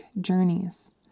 journeys